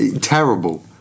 terrible